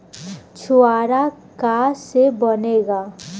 छुआरा का से बनेगा?